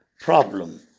problem